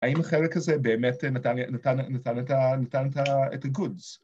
‫האם החלק הזה באמת נתן את הגודס?